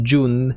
June